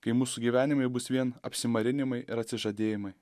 kai mūsų gyvenimai bus vien apsimarinimai ir atsižadėjimai